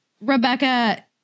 Rebecca